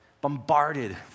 bombarded